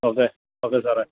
okay okay sir